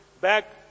back